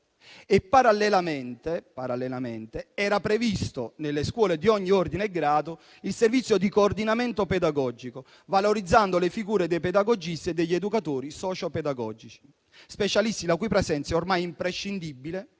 Parallelamente, era previsto, nelle scuole di ogni ordine e grado, il servizio di coordinamento pedagogico, valorizzando le figure dei pedagogisti e degli educatori socio pedagogici; specialisti la cui presenza è ormai imprescindibile